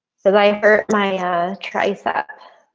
so they hurt my ah tricep.